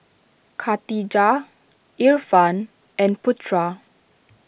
Khadija Irfan and Putra